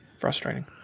Frustrating